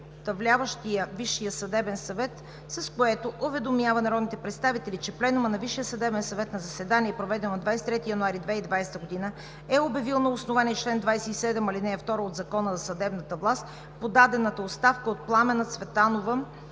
Висшия съдебен съвет,